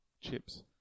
chips